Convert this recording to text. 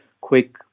quick